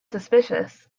suspicious